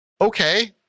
okay